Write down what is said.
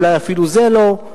אולי אפילו זה לא.